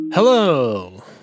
Hello